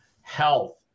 health